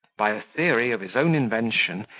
by a theory of his own invention,